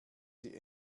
sie